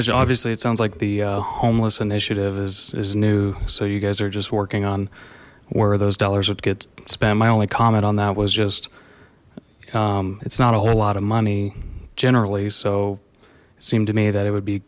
mention obviously it sounds like the homeless initiative is new so you guys are just working on where those dollars would get spent my only comment on that was just it's not a whole lot of money generally so it seemed to me that it would be